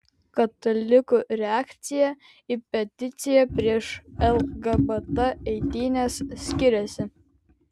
katalikų reakcija į peticiją prieš lgbt eitynes skiriasi